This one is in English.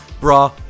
Bra